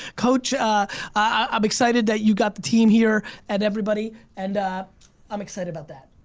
coach i'm excited that you got the team here and everybody and ah i'm excited about that,